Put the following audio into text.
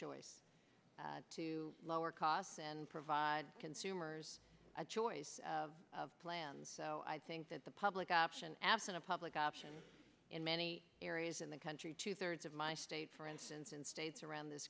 choice to lower costs and provide consumers a choice of plans so i think that the public option absent a public option in many areas in the country two thirds of my state for instance in states around this